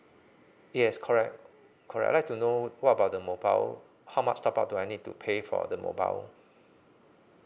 yes correct correct I'd like to know what about the mobile how much top up do I need to pay for the mobile